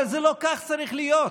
אבל זה לא צריך להיות כך,